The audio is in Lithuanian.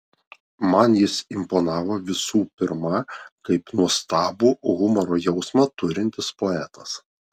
man jis imponavo visų pirma kaip nuostabų humoro jausmą turintis poetas